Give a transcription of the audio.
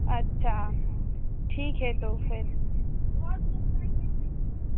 अच्छा ठीक है तो फिर